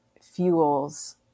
fuels